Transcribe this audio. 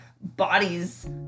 bodies